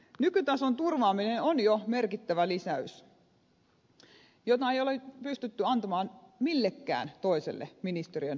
nykytason turvaaminen on jo merkittävä lisäys jota ei ole pystytty antamaan millekään toiselle ministeriön alaiselle toiminnalle